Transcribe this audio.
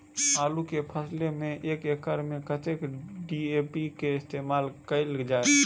आलु केँ फसल मे एक एकड़ मे कतेक डी.ए.पी केँ इस्तेमाल कैल जाए?